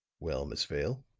well, miss vale?